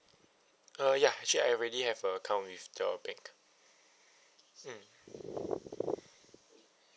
uh ya actually I already have a account with your bank mm